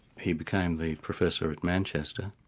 he became the professor at manchester,